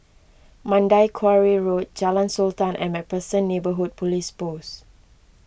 Mandai Quarry Road Jalan Sultan and MacPherson Neighbourhood Police Post